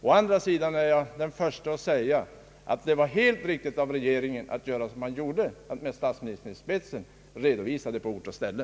Å andra sidan är jag den förste att erkänna att det var helt riktigt av regeringen att göra som den gjorde, nämligen att med statsministern i spetsen redovisa förhållandena på ort och ställe.